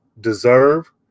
deserve